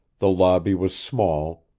the lobby was small,